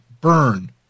burn